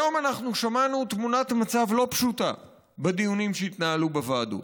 היום אנחנו שמענו תמונת מצב לא פשוטה בדיונים שהתנהלו בוועדות.